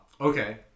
Okay